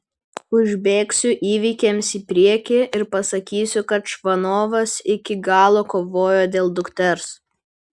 užbėgsiu įvykiams į priekį ir pasakysiu kad čvanovas iki galo kovojo dėl dukters